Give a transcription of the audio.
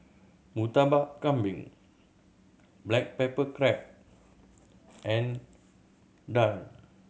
Murtabak Kambing black pepper crab and daal